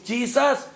Jesus